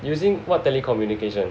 using what telecommunication